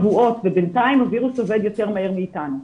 ובינתיים הווירוס עובד יותר מהר מאתנו.